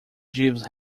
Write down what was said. jeeves